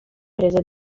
presa